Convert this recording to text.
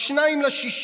ב-2 ביוני,